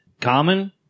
common